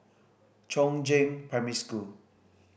Chongzheng Primary School